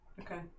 Okay